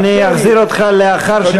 אני אחזיר אותך לאחר, תודה.